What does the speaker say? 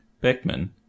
Beckman